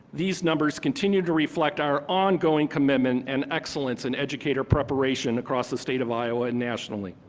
these numbers continue to reflect our ongoing commitment and excellence and educator preparation across the state of iowa and nationally.